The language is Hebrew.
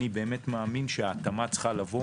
אני באמת מאמין שההתאמה צריכה לבוא